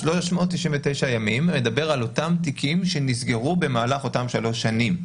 ה-399 ימים מדבר על אותם תיקים שנסגרו במהלך אותם 3 שנים.